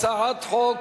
הצעת חוק